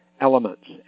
elements